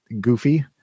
goofy